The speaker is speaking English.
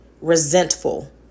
resentful